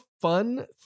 fun